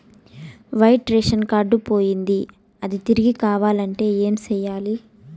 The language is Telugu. వైట్ రేషన్ కార్డు పోయింది అది తిరిగి కావాలంటే ఏం సేయాలి